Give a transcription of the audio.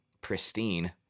pristine